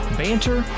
banter